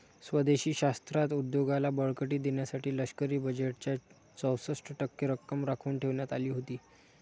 स्वदेशी शस्त्रास्त्र उद्योगाला बळकटी देण्यासाठी लष्करी बजेटच्या चौसष्ट टक्के रक्कम राखून ठेवण्यात आली होती